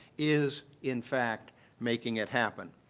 is in fact making it happen.